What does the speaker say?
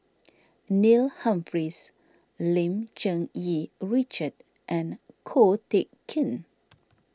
Neil Humphreys Lim Cherng Yih Richard and Ko Teck Kin